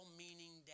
meaning